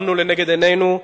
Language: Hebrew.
שמנו לנגד עינינו,